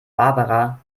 barbara